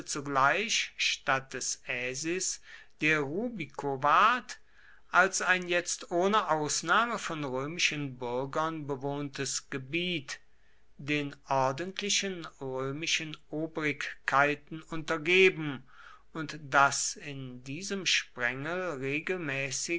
zugleich statt des aesis der rubico ward als ein jetzt ohne ausnahme von römischen bürgern bewohntes gebiet den ordentlichen römischen obrigkeiten untergeben und daß in diesem sprengel regelmäßig